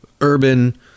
urban